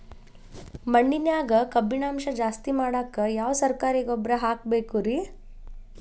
ಮಣ್ಣಿನ್ಯಾಗ ಕಬ್ಬಿಣಾಂಶ ಜಾಸ್ತಿ ಮಾಡಾಕ ಯಾವ ಸರಕಾರಿ ಗೊಬ್ಬರ ಹಾಕಬೇಕು ರಿ?